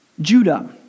Judah